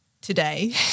today